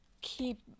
keep